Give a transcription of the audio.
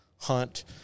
hunt